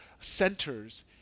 centers